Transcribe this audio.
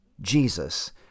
Jesus